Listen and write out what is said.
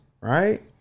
right